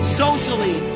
socially